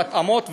ההתאמות?